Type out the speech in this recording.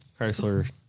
Chrysler